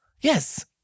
Yes